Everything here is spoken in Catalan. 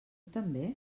també